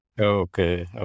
okay